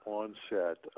onset